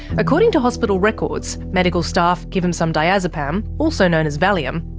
according to hospital records, medical staff give him some diazepam, also known as valium,